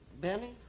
Benny